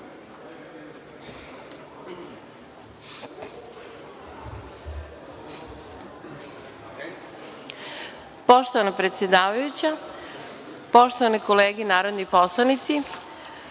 Poštovana predsedavajuća, poštovane kolege narodni poslanici,